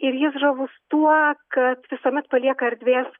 ir jis žavus tuo kad visuomet palieka erdvės